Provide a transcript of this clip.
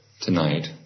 tonight